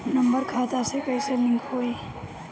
Number खाता से कईसे लिंक होई?